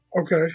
Okay